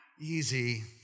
Easy